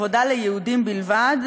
עבודה ליהודים בלבד,